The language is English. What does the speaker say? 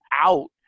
out